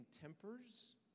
tempers